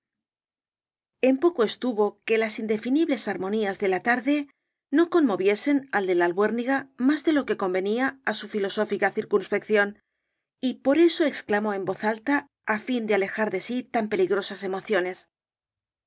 en poco estuvo que las indefinibles armonías de la tarde no conmoviesen al de la albuérniga más de lo que convenía á su filosófica circunspección y por eso exclamó en voz alta á fin de alejar de sí tan peligrosas emociones